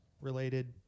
related